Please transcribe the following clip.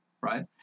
right